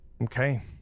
Okay